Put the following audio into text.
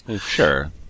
Sure